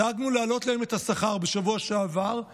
דאגנו להעלות להם את השכר בשבוע שעבר,